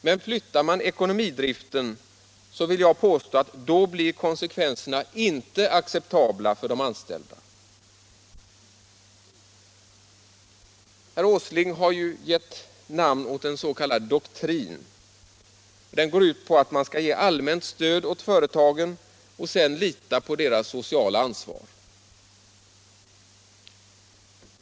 Men flyttar man ekonomidriften, då blir — det vill jag påstå — konsekvenserna inte acceptabla för de anställda. Herr Åsling har ju gett namn åt en s.k. doktrin. Den går ut på att man skall ge allmänt stöd åt företagen och sedan lita på deras sociala ansvar.